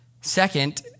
Second